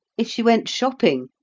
if she went shopping,